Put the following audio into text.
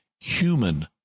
human